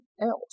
else